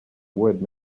wood